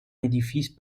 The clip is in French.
édifice